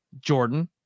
Jordan